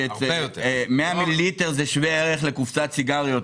100 מיליליטר הם שווי ערך לקופסת סיגריות.